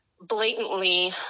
blatantly